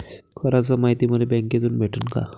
कराच मायती मले बँकेतून भेटन का?